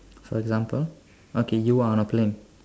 for example okay you are on a plane